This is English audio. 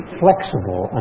flexible